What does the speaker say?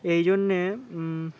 এই জন্যে